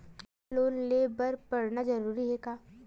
का लोन ले बर पढ़ना जरूरी हे का?